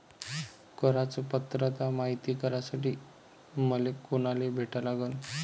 कराच पात्रता मायती करासाठी मले कोनाले भेटा लागन?